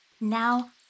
Now